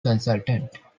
consultant